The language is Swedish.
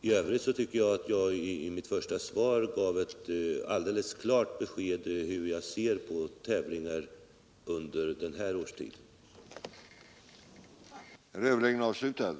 IT övrigt tycker jag att jag i mitt svar gav ett helt klart besked om hur jag ser på tävlingar arrangerade under denna årstid. § 12 Om regeringens syn på strandskyddet